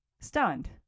stunned